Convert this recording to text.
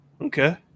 okay